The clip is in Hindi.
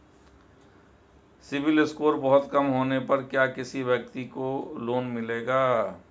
सिबिल स्कोर बहुत कम होने पर क्या किसी व्यक्ति को लोंन मिलेगा?